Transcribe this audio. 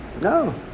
No